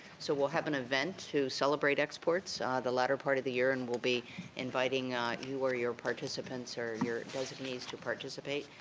so, we'll have an event to celebrate exports the latter part of the year, and we'll be inviting you or your participants or your designees to participate,